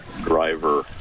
driver